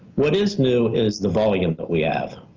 what is new is the volume but we have.